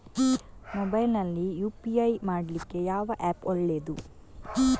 Mobile ನಲ್ಲಿ UPI ಮಾಡ್ಲಿಕ್ಕೆ ಯಾವ ಆ್ಯಪ್ ಒಳ್ಳೇದು?